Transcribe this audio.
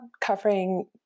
covering